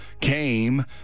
came